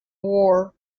war